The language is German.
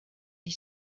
die